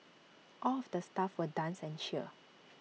all of the staff will dance and cheer